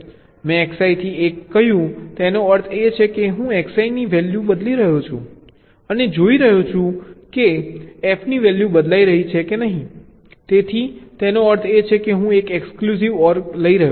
મેં Xi થી 1 કહ્યું તેનો અર્થ એ છે કે હું Xi નું વેલ્યૂ બદલી રહ્યો છું અને હું જોઈ રહ્યો છું કે f ની વેલ્યૂ બદલાઈ રહ્યું છે કે નહીં તેનો અર્થ એ છે કે હું એક એક્સક્લુસિવ OR કરી રહ્યો છું